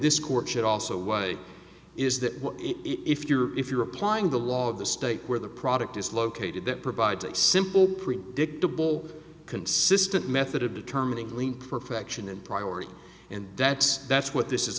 this court should also weigh is that if you're if you're applying the law of the state where the product is located that provides a simple predictable consistent method of determining lean perfection and priority and that's that's what this is